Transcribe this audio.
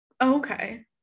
Okay